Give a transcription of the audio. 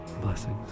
Blessings